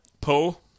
Paul